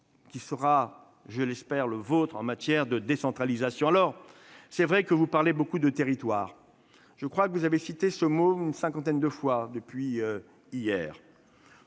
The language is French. qui sera, je l'espère, le vôtre en matière de décentralisation. Il est vrai que vous parlez beaucoup de territoires. Je crois que vous avez cité ce mot une cinquantaine de fois depuis hier.